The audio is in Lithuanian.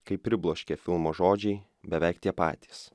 kaip pribloškė filmo žodžiai beveik tie patys